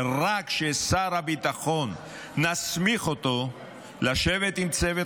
רק כשנסמיך את שר הביטחון לשבת עם צוות